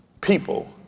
people